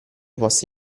posti